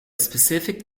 specific